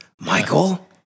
Michael